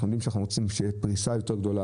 אנחנו רוצים שתהיה פריסה גדולה יותר,